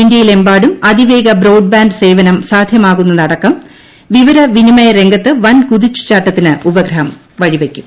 ഇന്തൃയിലെമ്പാടും അതിവേഗ ബ്രോഡ്ബാന്റ് സേവനം സാധ്യമാകുന്നതുടക്കം വിവര വിനിമയ രംഗത്ത് വൻ കുതിച്ചു ചാട്ടത്തിന് ഉപ്പശ്ലീക്ക് വഴിവെയ്ക്കും